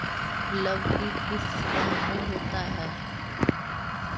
लव की किस माह में होता है?